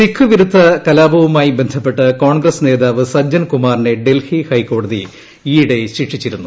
സിഖ് വിരുദ്ധ കലാപവുമായി ബന്ധപ്പെട്ട് കോൺഗ്രസ്സ് നേതാവ് സജ്ജൻകുമാറിനെ ഡൽഹി ഹൈക്കോടതി ഈയിടെ ശിക്ഷിച്ചിരുന്നു